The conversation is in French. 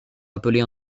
appeler